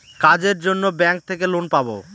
কাজের জন্য ব্যাঙ্ক থেকে লোন পাবো